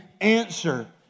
answer